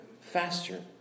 faster